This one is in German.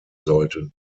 sollten